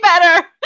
better